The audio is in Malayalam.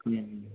മ്മ്